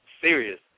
serious